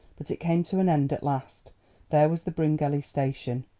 but it came to an end at last there was the bryngelly station.